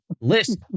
list